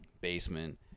basement